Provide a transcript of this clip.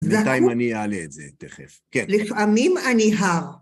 בינתיים אני אעלה את זה, תכף. כן. לפעמים אני הר.